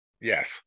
Yes